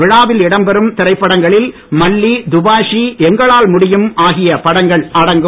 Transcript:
விழாவில் இடம்பெறும் திரைப்படங்களில் மல்லி துபாஷி எங்களாலும் முடியும் ஆகிய படங்கள் அடங்கும்